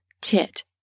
tit